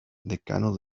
decano